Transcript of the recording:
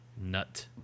Nut